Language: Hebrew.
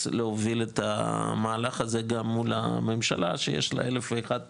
להוביל את המהלך הזה גם מול הממשלה שיש לה אלף ואחת טרדות,